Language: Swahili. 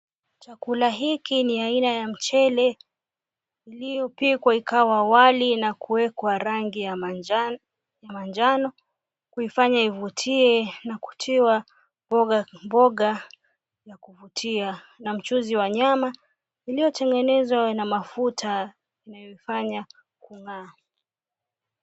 Chakula hiki ni aina ya mchele, iliyopikwa ikawa wali na kuwekwa rangi ya manjano manjano kuifanya ivutie na kutiwa mboga mboga ya kuvutia na mchuzi wa nyama uliotengenezwa na mafuta inayofanya kung'aa.